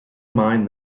mind